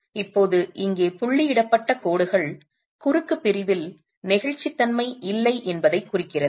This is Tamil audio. இப்போது இங்கே புள்ளியிடப்பட்ட கோடுகள் குறுக்கு பிரிவில் நெகிழ்ச்சித்தன்மை இல்லை என்பதைக் குறிக்கிறது